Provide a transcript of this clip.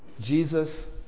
Jesus